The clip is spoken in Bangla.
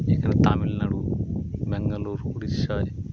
এখানে তামিলনাড়ু ব্যাঙ্গালোর উড়িষ্যা